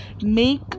make